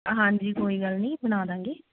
ਹਾਂਜੀ ਕੋਈ ਗੱਲ ਨੀ ਬਣਾਦਾਂਗੇ